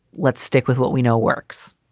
let's stick with what we know works.